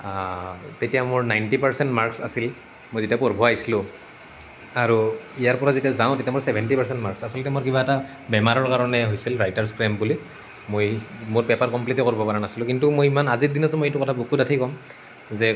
তেতিয়া মোৰ ninety percent marks আছিল মই যেতিয়া পঢ়িব আহিছিলোঁ আৰু ইয়াৰ পৰা যেতিয়া যাওঁ তেতিয়া মোৰ ছেভেণ্টি পাৰ্চেণ্ট মাৰ্কছ আচলতে মোৰ কিবা এটা বেমাৰৰ কাৰণে হৈছিল ৰাইটাৰ্ছ ক্ৰেম্প বুলি মই মোৰ পেপাৰ কমপ্লীটে কৰিব পৰা নাছিলোঁ কিন্তু মই ইমান আজিৰ দিনতো মই এইটো কথা বুকু ডাঠি ক'ম